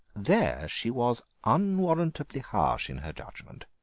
there she was unwarrantably harsh in her judgment.